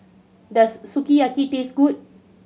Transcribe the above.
does Sukiyaki taste good